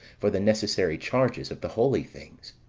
for the necessary charges of the holy things.